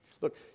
Look